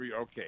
Okay